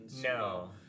No